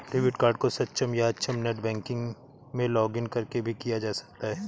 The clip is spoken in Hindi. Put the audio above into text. डेबिट कार्ड को सक्षम या अक्षम नेट बैंकिंग में लॉगिंन करके भी किया जा सकता है